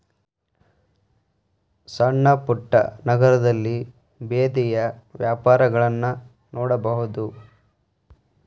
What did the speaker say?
ಸಣ್ಣಪುಟ್ಟ ನಗರದಲ್ಲಿ ಬೇದಿಯ ವ್ಯಾಪಾರಗಳನ್ನಾ ನೋಡಬಹುದು